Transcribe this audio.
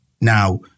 Now